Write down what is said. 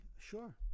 Sure